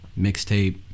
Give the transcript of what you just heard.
mixtape